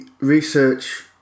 research